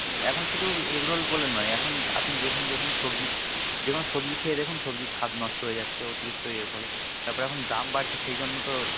এখন শুধু egg roll বলে নয় এখন আপনি দেখুন দেখুন সবজি যে কোনো সবজি খেয়ে দেখুন সবজির স্বাদ নষ্ট হয়ে যাচ্ছে অতিরিক্ত ইয়ের ফলে তারপর এখন দাম বাড়ছে সেই জন্য তো